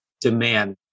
demand